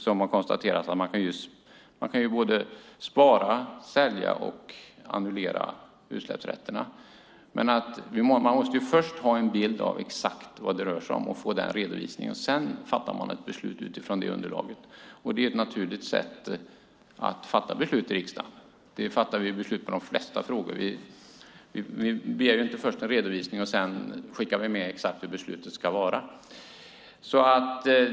Som har konstaterats kan man både spara, sälja och annullera utsläppsrätterna, men man måste först ha en bild av exakt vad det rör sig om och få det redovisat. Sedan fattar man ett beslut utifrån det underlaget. Det är ett naturligt sätt att fatta beslut i riksdagen. På det sättet fattar vi beslut i de flesta frågor. Vi begär ju inte först en redovisning och skickar sedan med exakt hur beslutet ska vara.